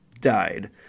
died